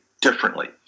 differently